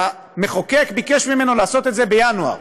המחוקק ביקש ממנה לעשות את זה בינואר,